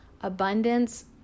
Abundance